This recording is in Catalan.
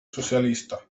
socialista